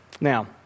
Now